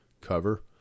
cover